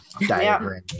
diagram